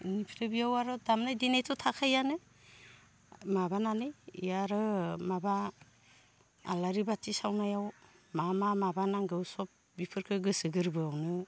इनिफ्राय बेयाव आरो दामनाय देनायथ' थाखायोआनो माबानानै इ आरो माबा आलारि बाथि सावनायाव मा मा माबा नांगौ सब बिफोरखो गोसो गोरबोआवनो